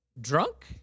drunk